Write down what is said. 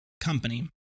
company